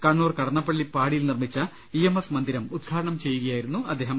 കണ്ണൂർ കടന്നപ്പള്ളി പാടിയിൽ നിർമ്മിച്ച E M S മന്ദിരം ഉദ്ഘാ ടനം ചെയ്യുകയായിരുന്നു അദ്ദേഹം